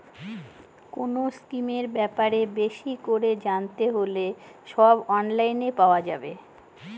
কোনো স্কিমের ব্যাপারে বেশি করে জানতে হলে সব অনলাইনে পাওয়া যাবে